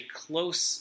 close